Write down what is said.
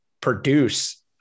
produce